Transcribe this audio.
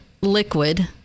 liquid